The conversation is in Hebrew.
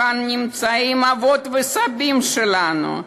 כאן נמצאים האבות והסבים שלנו,